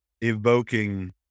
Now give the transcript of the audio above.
Evoking